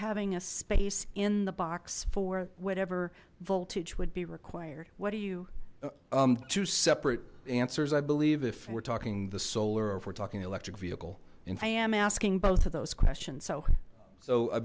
having a space in the box for whatever voltage would be required what are you two separate answers i believe if we're talking the solar or if we're talking the electric vehicle and i am asking both of those questions so so i